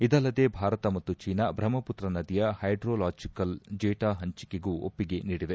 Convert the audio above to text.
ಇದಲ್ಲದೆ ಭಾರತ ಮತ್ತು ಚೀನಾ ಬ್ರಹ್ಮಪುತ್ರ ನದಿಯ ಹೈಡ್ರೋಲಾಚಿಕಲ್ ಡೇಟಾ ಹಂಚಿಕೆಗೂ ಒಪ್ಪಿಗೆ ನೀಡಿವೆ